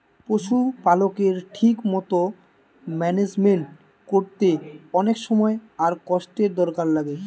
পশুপালকের ঠিক মতো ম্যানেজমেন্ট কোরতে অনেক সময় আর কষ্টের দরকার লাগে